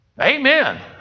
Amen